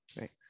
right